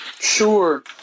Sure